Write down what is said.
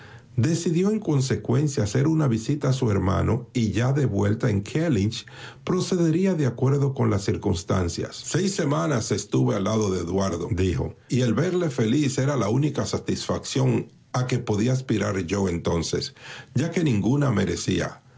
decidió en consecuencia hacer una visita a su hermano y ya de vuelta en kellynch procedería de acuerdo con las cir cunstancias seis semanas estuve al lado de eduardo dijo y el verle feliz era la única satisfacción a que podía aspirar yo entonces ya que ninguna merecía